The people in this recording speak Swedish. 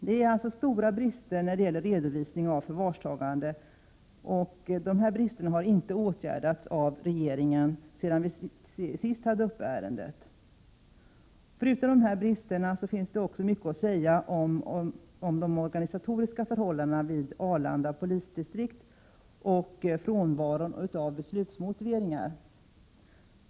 Det finns således stora brister i redovisningen av förvarstagande, brister som inte har åtgärdats av regeringen sedan vi senast hade detta ärende uppe. Utöver detta finns också mycket att säga om de organisatoriska förhållandena vid Arlanda polisdistrikt och frånvaron av beslutsmotiveringar.